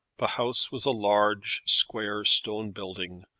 the house was a large, square, stone building,